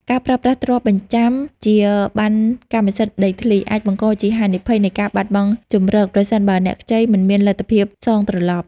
ការប្រើប្រាស់ទ្រព្យបញ្ចាំជាប័ណ្ណកម្មសិទ្ធិដីធ្លី អាចបង្កជាហានិភ័យនៃការបាត់បង់ជម្រក ប្រសិនបើអ្នកខ្ចីមិនមានលទ្ធភាពសងត្រឡប់។